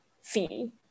fee